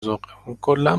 ذوقمون، کلا